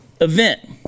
event